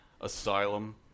asylum